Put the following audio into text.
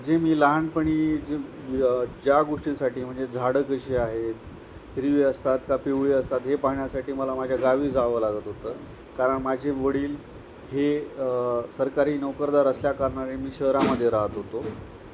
जे मी लहानपणी जे ज ज्या गोष्टींसाठी म्हणजे झाडं कशी आहेत हिरवे असतात का पिवळी असतात हे पाहण्यासाठी मला माझ्या गावी जावं लागत होतं कारण माझे वडील हे सरकारी नोकरदार असल्याकारणाने मी शहरामध्ये राहत होतो